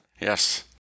Yes